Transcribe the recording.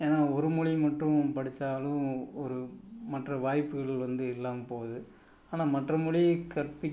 ஏன்னா ஒரு மொழிய மட்டும் படித்தாலும் ஒரு மற்ற வாய்ப்புகள் வந்து இல்லாமல் போகுது ஆனால் மற்ற மொழிய கற்பிக்